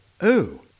Oh